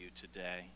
today